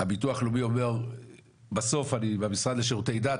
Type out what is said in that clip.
ביטוח הלאומי אומר בסוף אני עם המשרד לשירותי דת,